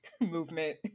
movement